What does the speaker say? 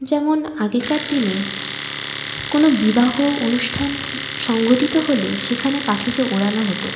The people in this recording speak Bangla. যেমন আগেকার দিনে কোনো বিবাহ অনুষ্ঠান সংঘটিত হলে সেখানে পাখিকে ওড়ানো হতো